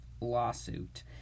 lawsuit